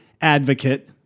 advocate